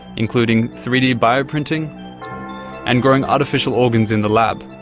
including three d bioprinting and growing artificial organs in the lab.